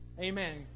Amen